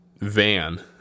van